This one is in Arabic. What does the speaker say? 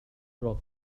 عمرك